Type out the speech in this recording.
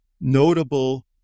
notable